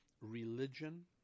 religion